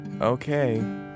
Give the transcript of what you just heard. Okay